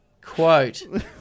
quote